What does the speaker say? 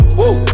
woo